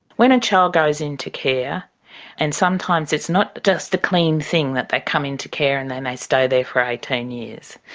when a child goes into care and sometimes it's not just the clean thing that they come into care and then they stay there for eighteen years.